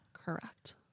Correct